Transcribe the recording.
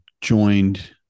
joined